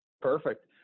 Perfect